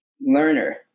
learner